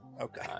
okay